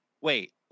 Wait